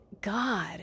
God